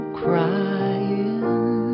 crying